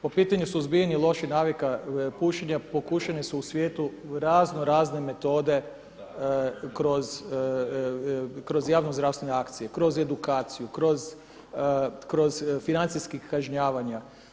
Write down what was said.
Po pitanju suzbijanja loših navika pušenja pokušavane su u svijetu razno razne metode kroz javno zdravstvene akcije, kroz edukaciju, kroz financijska kažnjavanja.